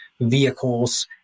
vehicles